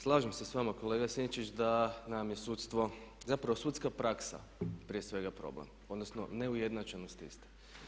Slažem se sa vama kolega Sinčić da nam je sudstvo, zapravo sudska praksa prije svega problem, odnosno neujednačenost iste.